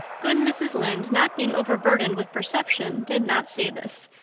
good mrs. lynde, not being overburdened with perception, did not see this.